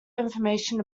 information